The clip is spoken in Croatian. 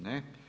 Ne.